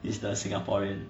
is the singaporean